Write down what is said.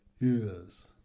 Yes